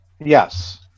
Yes